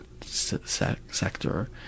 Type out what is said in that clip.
sector